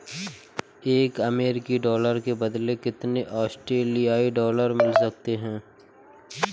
एक अमेरिकी डॉलर के बदले कितने ऑस्ट्रेलियाई डॉलर मिल सकते हैं?